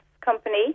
company